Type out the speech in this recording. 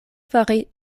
fari